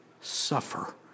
suffer